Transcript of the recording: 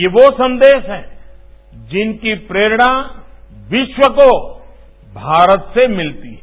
ये वो संदेश है जिनकी प्रेरणा विश्व को भारत से मिलती है